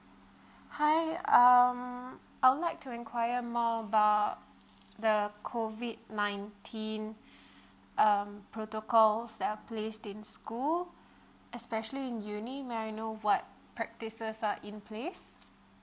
hi um I would like to enquire more about the COVID nineteen um protocols that are placed in school especially in uni may I know what practices are in place